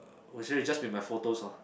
oh so you just be my photos oh